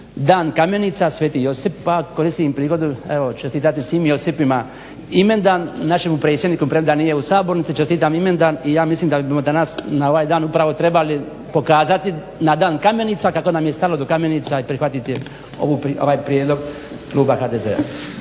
dan Kamenica Sv. Josip pa koristim prigodu evo čestitati svim Josipima imendan, našemu predsjedniku premda nije u sabornici čestitam imendan i ja mislim da bi danas na ovaj dan upravo trebali pokazati na dan kamenica kako nam je stalo do kamenica i prihvatiti ovaj prijedlog Kluba HDZ-a.